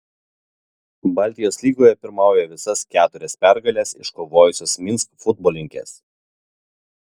baltijos lygoje pirmauja visas keturias pergales iškovojusios minsk futbolininkės